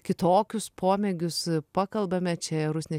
kitokius pomėgius pakalbame čia rusnė